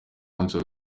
munsi